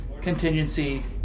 contingency